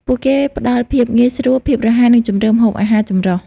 ពួកគេផ្តល់ភាពងាយស្រួល ភាពរហ័ស និងជម្រើសម្ហូបអាហារចម្រុះ។